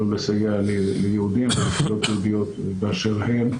לסייע ליהודים ולקהילות יהודיות באשר הן,